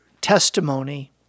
testimony